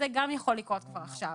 גם זה יכול לקרות כבר עכשיו.